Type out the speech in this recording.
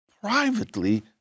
privately